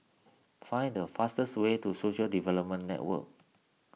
find the fastest way to Social Development Network